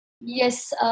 Yes